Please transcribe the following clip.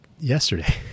yesterday